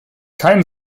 keinen